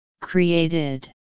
Created